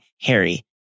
Harry